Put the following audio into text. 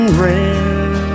red